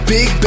Big